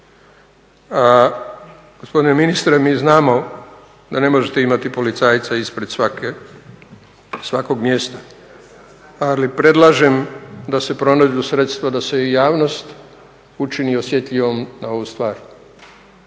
Gospodine ministre mi znamo da ne možete imati policajca ispred svakog mjesta, ali predlažem da se pronađu sredstva da se i javnost učini osjetljivom na ovu stvar.